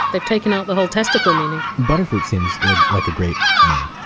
they've taken out the whole testicle meaning. butterfruit seems like like a great name.